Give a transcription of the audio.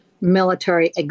military